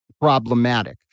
Problematic